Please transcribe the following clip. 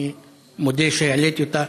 אני מודה שהעליתי אותה,